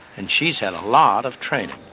and she's had a lot of training.